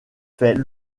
fait